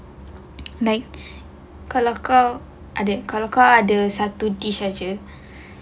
like kalau kau ada kalau kau ada satu dish sahaja